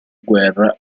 guerra